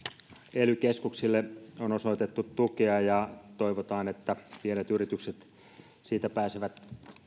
ely keskuksille on osoitettu tukea ja toivotaan että pienet yritykset siitä pääsevät